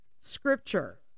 Scripture